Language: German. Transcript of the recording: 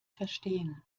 verstehen